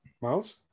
Miles